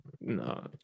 No